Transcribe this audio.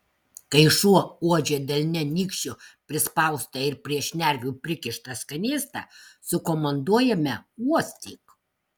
kai šuo uodžia delne nykščiu prispaustą ir prie šnervių prikištą skanėstą sukomanduojame uostyk